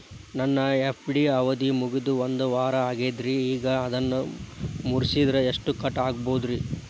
ನನ್ನ ಎಫ್.ಡಿ ಅವಧಿ ಮುಗಿದು ಒಂದವಾರ ಆಗೇದ್ರಿ ಈಗ ಅದನ್ನ ಮುರಿಸಿದ್ರ ಎಷ್ಟ ಕಟ್ ಆಗ್ಬೋದ್ರಿ?